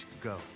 go